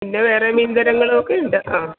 പിന്നെ വേറെ മീൻ തരങ്ങളുമൊക്കെ ഉണ്ട് ആ